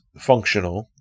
functional